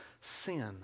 sin